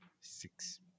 six